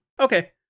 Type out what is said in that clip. Okay